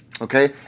Okay